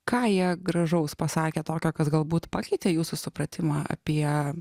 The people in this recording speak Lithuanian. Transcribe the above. ką jie gražaus pasakė tokio kas galbūt pakeitė jūsų supratimą apie